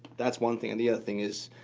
that's one thing. and the other thing is